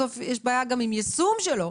בסוף יש בעיה עם יישום שלו,